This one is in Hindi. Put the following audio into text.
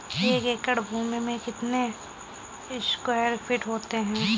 एक एकड़ भूमि में कितने स्क्वायर फिट होते हैं?